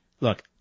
look